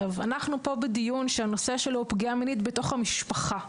אנחנו פה בדיון שהנושא שלו הוא פגיעה מינית בתוך המשפחה.